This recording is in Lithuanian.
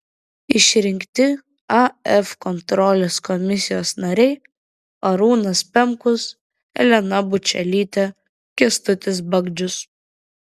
išrinkti af kontrolės komisijos nariai arūnas pemkus elena bučelytė kęstutis bagdžius